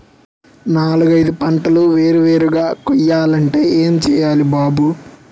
నాలుగైదు పంటలు వేరు వేరుగా కొయ్యాలంటే ఏం చెయ్యాలి బాబూ